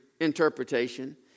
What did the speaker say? interpretation